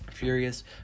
furious